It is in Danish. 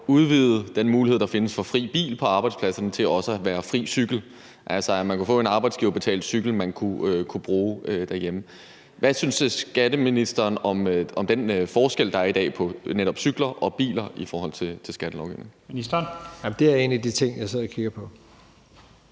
udvide den mulighed, der findes for fri bil på arbejdspladserne, til også at gælde fri cykel, altså at man kunne få en arbejdsgiverbetalt cykel, man kunne bruge derhjemme. Hvad synes skatteministeren om den forskel, der er i dag, på netop cykler og biler i forhold til skattelovgivningen? Kl. 13:47 Første næstformand